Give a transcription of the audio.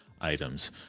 items